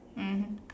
mmhmm